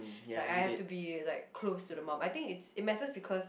like I have to be like close to the mom I think it matters because